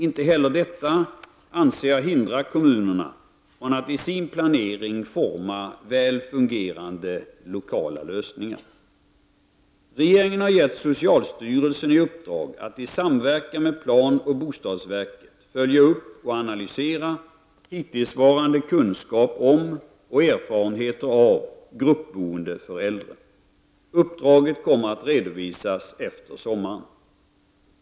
Inte heller detta anser jag hindra kommunerna från att i sin planering forma väl fungerande lokala lösningar. Regeringen har gett socialstyrelsen i uppdrag att i samverkan med planoch bostadsverket följa upp och analysera hittillsvarande kunskap om och erfarenheter av gruppboende för äldre. Uppdraget kommer att redovisas efter sommaren.